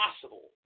possible